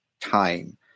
time